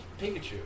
Pikachu